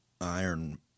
iron